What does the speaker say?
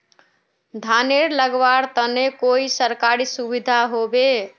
धानेर लगवार तने कोई सरकारी सुविधा होबे?